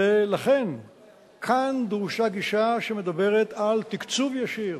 ולכן כאן דרושה גישה שמדברת על תקצוב ישיר